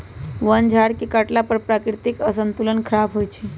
वन झार के काटला पर प्राकृतिक संतुलन ख़राप होइ छइ